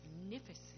magnificent